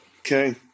Okay